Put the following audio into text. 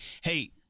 Hey